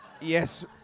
Yes